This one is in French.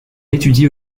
étudie